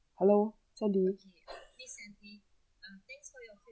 hello sandy